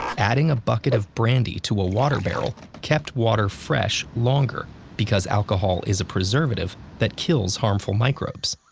adding a bucket of brandy to a water barrel kept water fresh longer because alcohol is a preservative that kills harmful microbes.